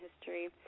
history